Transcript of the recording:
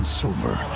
silver